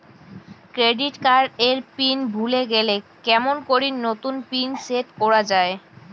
Credit card এর pin ভুলে গেলে কেমন করি নতুন পিন সেট করা য়ায়?